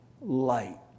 light